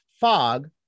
Fog